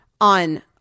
on